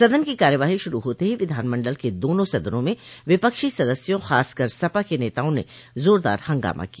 सदन की कार्यवाही शुरू होते ही विधानमंडल के दोनों सदनों में विपक्षी सदस्यों खासकर सपा के नेताओं ने जोरदार हंगामा किया